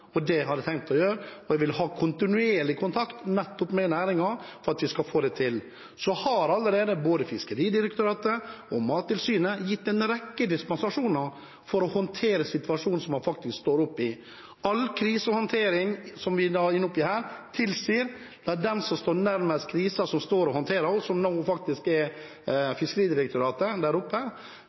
Det er det de har bedt meg om. Det har jeg tenkt å gjøre, og jeg vil ha kontinuerlig kontakt med næringen for at vi skal få det til. Så har allerede både Fiskeridirektoratet og Mattilsynet gitt en rekke dispensasjoner for å håndtere situasjonen som man står oppe i. All krisehåndtering som vi ender opp i her, tilsier at vi lar den som står nærmest krisen, som står og håndterer den, og som nå faktisk er Fiskeridirektoratet der